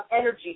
energy